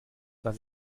was